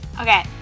Okay